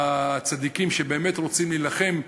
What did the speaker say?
הצדיקים שבאמת רוצים להילחם,